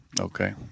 Okay